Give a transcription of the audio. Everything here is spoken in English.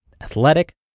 athletic